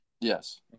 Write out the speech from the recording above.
yes